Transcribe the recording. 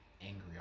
angry